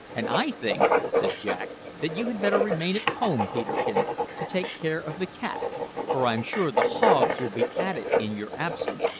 and i think, said jack, that you had better remain at home, peterkin, to take care of the cat for i'm sure the hogs will be at it in your absence,